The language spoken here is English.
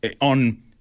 On